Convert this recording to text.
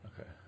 Okay